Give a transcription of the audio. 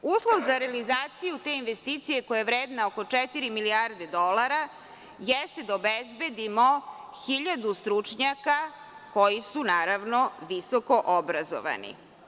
Uslov za realizaciju te investicije koja je vredna oko četiri milijarde dolara, jeste da obezbedimo 1.000 stručnjaka koji su, naravno, visokoobrazovani.